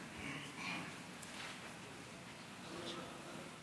בסם אללה